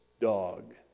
dog